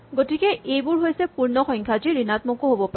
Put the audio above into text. গতিকে এইবোৰ গৈছে পূৰ্ণ সংখ্যা যি ঋণাত্মকো হ'ব পাৰে